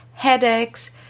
headaches